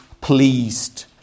pleased